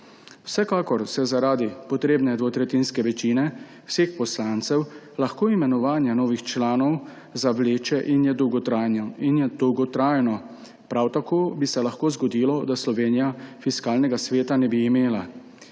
Vsekakor se zaradi potrebne dvotretjinske večine vseh poslancev lahko imenovanje novih članov zavleče in je dolgotrajno. Prav tako bi se lahko zgodilo, da Slovenija Fiskalnega sveta ne bi imela.